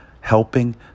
helping